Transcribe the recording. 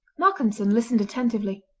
malcolmson listened attentively,